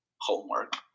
homework